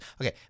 Okay